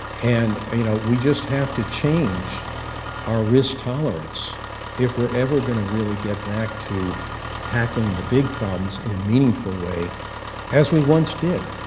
and you know, we just have to change our risk tolerance if we're ever going to really get back to tackling the big problems in a meaningful way as we once did.